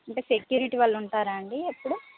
అంటే సెక్యూరిటీ వాళ్ళు ఉంటారా అండి ఎప్పుడు